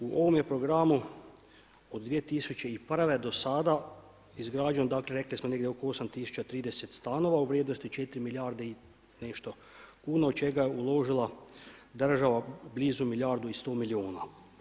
U ovom je programu od 2001. do sada izgrađeno rekli smo negdje oko 8030 stanova u vrijednosti 4 milijarde i nešto kuna od čega je uložila država blizu milijardu i 100 milijuna.